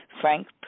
Frank